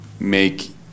make